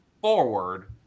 forward